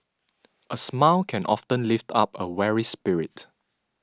a smile can often lift up a weary spirit